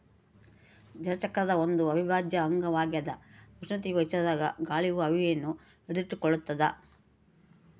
ಜಲಚಕ್ರದ ಒಂದು ಅವಿಭಾಜ್ಯ ಅಂಗವಾಗ್ಯದ ಉಷ್ಣತೆಯು ಹೆಚ್ಚಾದಾಗ ಗಾಳಿಯು ಆವಿಯನ್ನು ಹಿಡಿದಿಟ್ಟುಕೊಳ್ಳುತ್ತದ